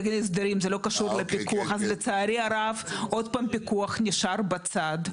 זה לא קשור לפיקוח אז לצערי הרב עוד פעם הפיקוח נשאר בצד.